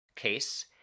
case